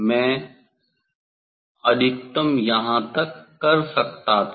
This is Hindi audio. मैं अधिकतम यहाँ तक कर सकता था